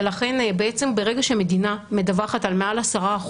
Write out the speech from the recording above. ולכן ברגע שמדינה מדווחת על מעל 10%,